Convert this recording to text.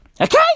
Okay